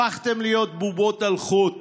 הפכתם להיות בובות על חוט